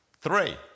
three